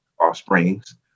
offsprings